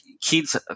kids